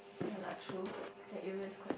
ya lah true that area is quite